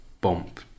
bump